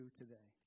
today